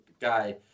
guy